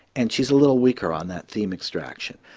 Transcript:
and she's a little weaker on that theme extraction,